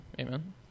Amen